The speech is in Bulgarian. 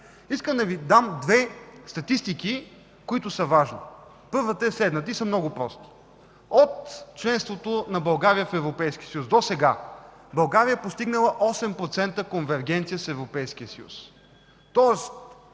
Искам да Ви дам две статистики, които са важни. Те са много прости. Първата е следната: от членството на България в Европейския съюз досега България е постигнала 8% конвергенция с Европейския съюз.